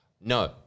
No